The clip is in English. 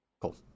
Cool